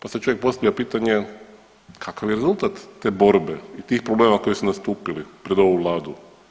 Pa sad čovjek postavlja pitanje kakav je rezultat te borbe i tih problema koji su nastupili pred ovu vladu?